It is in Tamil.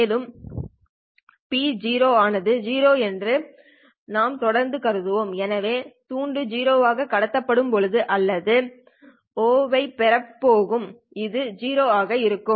மேலும் P0r ஆனது 0 என்று நாம் தொடர்ந்து கருதுவோம் எனவே துண்டு 0 ஆக கடத்தப்பட்ட போது அல்லது ௦ ஐ பெறப்படும் போது இது 0 ஆக இருக்கும்